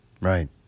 Right